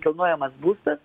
kilnojamas būstas